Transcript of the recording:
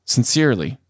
Sincerely